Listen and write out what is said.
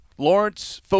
Lawrence